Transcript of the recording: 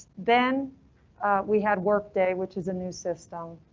then we had work day, which is a new system,